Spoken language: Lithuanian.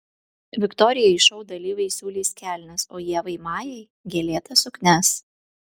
viktorijai šou dalyviai siūlys kelnes o ievai majai gėlėtas suknias